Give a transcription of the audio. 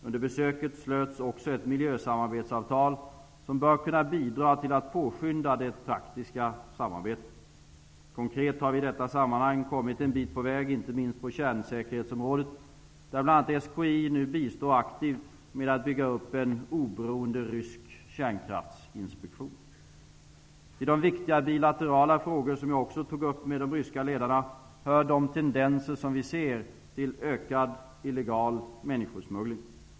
Under besöket slöts också ett miljösamarbetsavtal som bör kunna bidra till att påskynda det praktiska samarbetet. Konkret har vi i detta sammanhang kommit en bit på väg, inte minst på kärnsäkerhetsområdet, där bl.a. SKI nu bistår aktivt med att bygga upp en oberoende rysk kärnkraftinspektion. Till de viktiga bilaterala frågor som jag också tog upp med de ryska ledarna hör de tendenser som vi ser till ökad illegal människosmuggling.